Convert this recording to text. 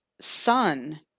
son